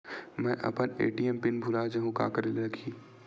मैं अपन ATM PIN भुला जहु का करे ला लगही?